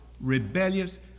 rebellious